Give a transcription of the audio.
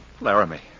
Laramie